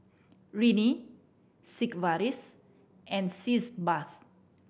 Rene Sigvaris and Sitz Bath